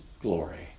glory